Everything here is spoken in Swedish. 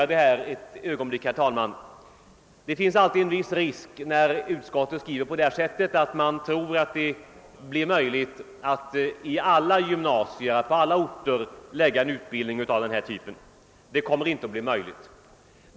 Det finns en viss risk när utskottet skriver på det sättet, att man tror att det skall bli möjligt att förlägga en utbildning av denna typ till alla gymnasier. Det kommer inte att bli möjligt.